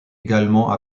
également